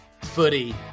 footy